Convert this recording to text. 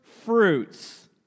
fruits